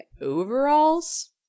overalls